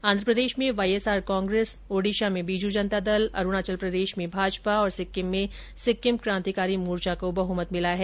आंध्रप्रदेश में Y S R Congress Odisha में बीजू जनता दल अरूणाचल प्रदेश में भाजपा और सिक्किम में सिक्किम क्रांतिकारी मोर्चा को बहमत मिला है